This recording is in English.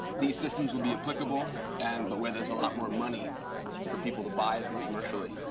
these systems would be applicable, and but where there is a lot more money for people to buy them commercially.